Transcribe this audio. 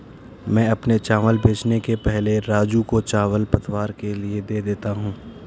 मैं अपने चावल बेचने के पहले राजू को चावल पतवार के लिए दे देता हूं